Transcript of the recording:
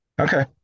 okay